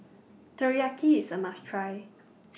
Teriyaki IS A must Try